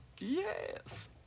Yes